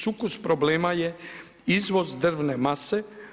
Sukus problema je izvoz drvne mase.